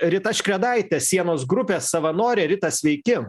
rita škredaitė sienos grupės savanorė rita sveiki